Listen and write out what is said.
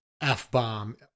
F-bomb